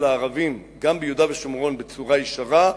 הערבים גם ביהודה ושומרון בצורה ישרה,